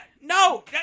No